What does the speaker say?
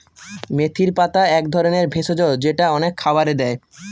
মেথির পাতা এক ধরনের ভেষজ যেটা অনেক খাবারে দেয়